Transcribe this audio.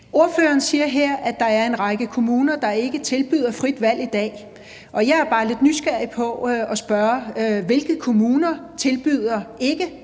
Ordføreren siger her, at der i dag er en række kommuner, der ikke tilbyder et frit valg. Og jeg er bare lidt nysgerrig på: Hvilke kommuner tilbyder ikke